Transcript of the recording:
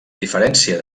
diferència